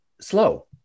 slow